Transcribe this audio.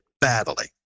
battling